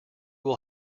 will